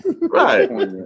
right